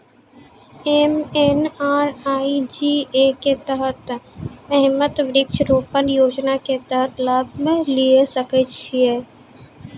MNREGA के तहत हम्मय वृक्ष रोपण योजना के तहत लाभ लिये सकय छियै?